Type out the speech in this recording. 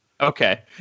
Okay